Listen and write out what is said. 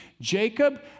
Jacob